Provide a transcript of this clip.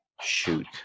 shoot